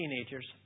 teenagers